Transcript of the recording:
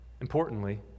importantly